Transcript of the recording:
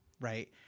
right